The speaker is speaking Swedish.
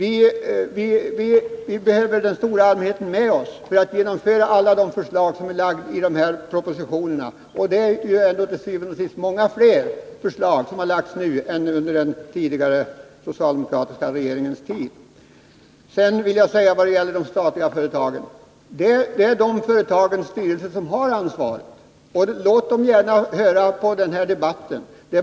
Vi behöver ha den stora allmänheten med oss för att genomföra alla de förslag som är framlagda i dessa propositioner. Det är til syvende og sidst många fler förslag som lagts nu än under den socialdemokratiska regeringens tid. När det gäller de statliga företagen är det dessa företags styrelser som har ansvaret. Låt dem gärna höra denna debatt.